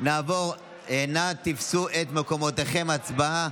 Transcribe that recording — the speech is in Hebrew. מעמד האישה.